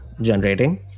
generating